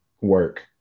work